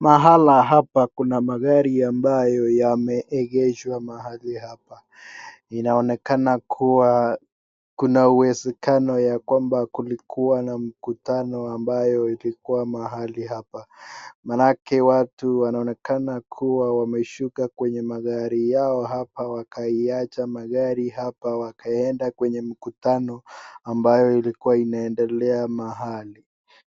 Mahali hapa kuna magari ambayo yameegeshwa mahali hapa. Inaonekana kuwa kuna uwezekano ya kwamba kulikuwa na mkutano ambayo ilikuwa mahali hapa. maanake watu wanaonekana kuwa wameshuka kwenye magari yao hapa wakaiacha magari hapa wakaende kwenye mkutano ambayo ilikuwa ikiendelea mahali,